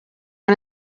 own